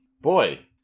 Boy